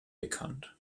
bekannt